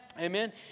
Amen